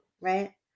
right